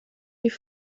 wie